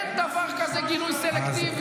אין דבר כזה גינוי סלקטיבי.